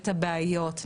את הבעיות,